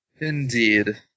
Indeed